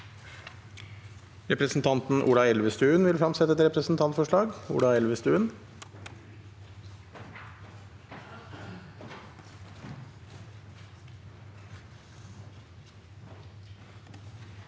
Representanten Ola Elve- stuen vil fremsette et representantforslag.